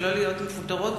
שלא יפוטרו,